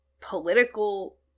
...political